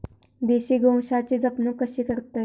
देशी गोवंशाची जपणूक कशी करतत?